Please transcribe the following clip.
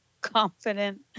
confident